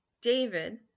David